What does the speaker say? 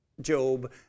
Job